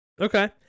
Okay